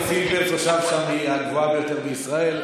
מספר הרופאים פר תושב שם הוא הגבוה ביותר בישראל.